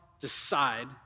decide